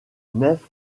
nef